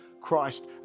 Christ